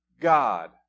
God